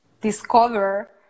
discover